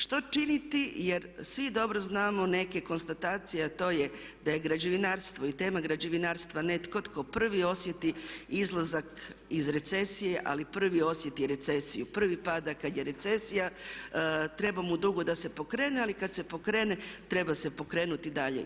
Što činiti, jer svi dobro znamo neke konstatacije a to je da je građevinarstvo i tema građevinarstva netko tko prvi osjeti izlazak iz recesije ali prvi osjeti recesiju, prvi pada kada je recesija, treba mu dugo da se pokrene ali kada se pokrene, treba se pokrenuti dalje.